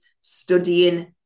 studying